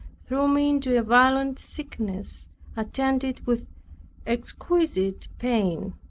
threw me into a violent sickness attended with exquisite pain.